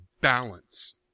balance